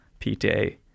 PTA